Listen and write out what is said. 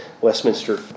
Westminster